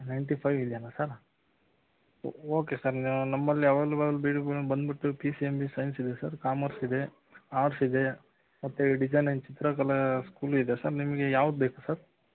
ninety five ಇದೇನಾ sir oh okay sir ನಮ್ಮಲ್ಲಿ available B ಬಂದ್ಬಿಟ್ಟು P C M B science ಇದೆ sir commerce ಇದೆ ಆರ್ಟ್ಸ್ ಇದೆ ಮತ್ತೆ ಡಿಸೈನಿಂಗ್ ಚಿತ್ರಕಲಾ ಸ್ಕೂಲ್ ಇದೆ ಸರ್ ನಿಮಗೆ ಯಾವ್ದು ಬೇಕು ಸರ್